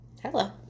Hello